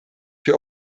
für